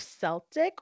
Celtic